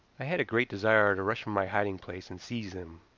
i had a great desire to rush from my hiding-place and seize him,